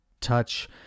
touch